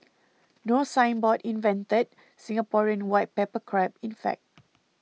No Signboard invented Singaporean white pepper crab in fact